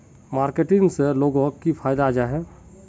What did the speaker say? Marketing से लोगोक की फायदा जाहा?